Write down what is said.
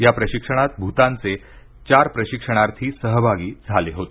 या प्रशिक्षणात भुतानचे चार प्रशिक्षणार्थी सहभागी झाले होते